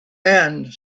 end